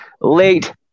late